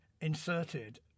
inserted